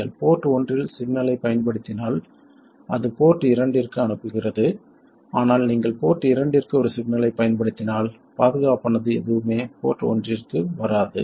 நீங்கள் போர்ட் ஒன்றில் சிக்னலைப் பயன்படுத்தினால் அது போர்ட் இரண்டிற்கு அனுப்புகிறது ஆனால் நீங்கள் போர்ட் இரண்டிற்கு ஒரு சிக்னலைப் பயன்படுத்தினால் பாதுகாப்பானது எதுவுமே போர்ட் ஒன்றிற்கு வராது